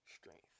Strength